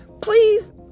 Please